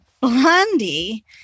Blondie